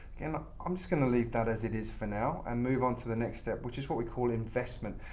i'm just going to leave that as it is for now and move onto the next step, which is what we call investment.